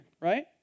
right